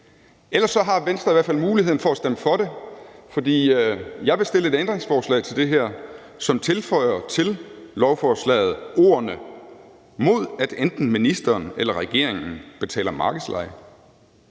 Ellers har Venstre i hvert fald muligheden for at stemme for det, for jeg vil stille et ændringsforslag til det her, som tilføjer lovforslaget ordene: ... mod at enten ministeren eller regeringen betaler markedsleje.